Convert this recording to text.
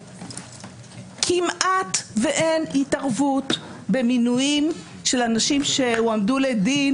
כמעט ואין התערבות במינויים של אנשים שהועמדו לדין,